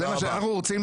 זה מה שאנחנו רוצים,